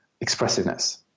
expressiveness